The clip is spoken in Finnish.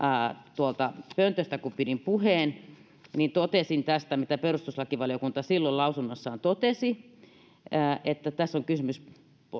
tuolta pöntöstä kun pidin puheen ja totesin tästä saman mitä perustuslakivaliokunta silloin lausunnossaan totesi tässä on kysymys